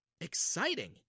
exciting